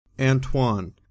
Antoine